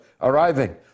arriving